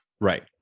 right